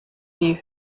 die